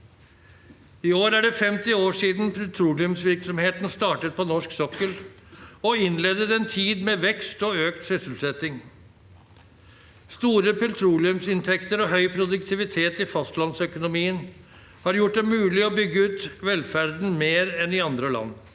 I år er det 50 år siden petroleumsvirksomheten startet på norsk sokkel og innledet en tid med vekst og økt sysselsetting. Store petroleumsinntekter og høy produktivitet i fastlandsøkonomien har gjort det mulig å bygge ut velferden mer enn i andre land.